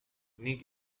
nick